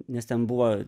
nes ten buvo